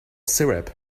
syrup